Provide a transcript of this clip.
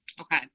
Okay